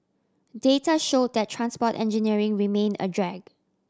data show that transport engineering remained a drag